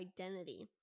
identity